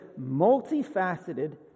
multifaceted